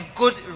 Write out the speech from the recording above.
good